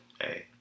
hey